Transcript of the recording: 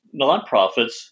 nonprofits